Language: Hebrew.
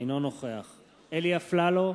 אינו נוכח אלי אפללו,